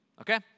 Okay